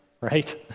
right